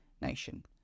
nation